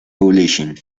publishing